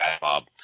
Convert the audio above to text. Bob